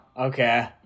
Okay